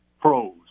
pros